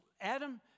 Adam